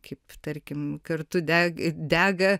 kaip tarkim kartu degdega